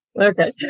Okay